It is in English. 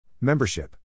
Membership